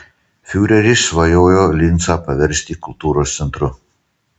fiureris svajojo lincą paversti kultūros centru